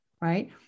right